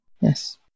yes